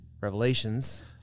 Revelations